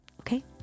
Okay